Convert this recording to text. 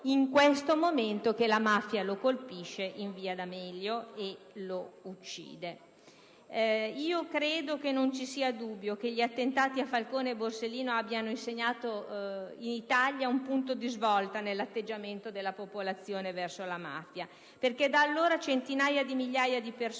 in questo momento che la mafia lo colpisce in via D'Amelio e lo uccide. Non c'è dubbio che gli attentati a Falcone e a Borsellino abbiano segnato in Italia un punto di svolta nell'atteggiamento della popolazione verso la mafia. Da allora, centinaia di migliaia di persone